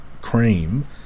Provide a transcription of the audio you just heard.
cream